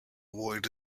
avoid